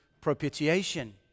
propitiation